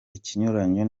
ikinyuranyo